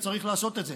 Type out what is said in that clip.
וצריך לעשות את זה.